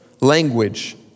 language